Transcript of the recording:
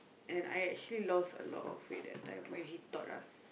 and then I actually lost a lot of weight that time when he taught us